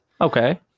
Okay